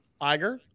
Iger